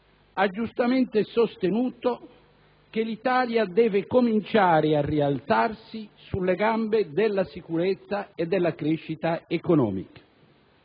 ha giustamente sostenuto che l'Italia deve cominciare a rialzarsi sulle gambe della sicurezza e della crescita economica,